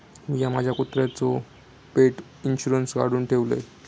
मिया माझ्या कुत्र्याचो पेट इंशुरन्स काढुन ठेवलय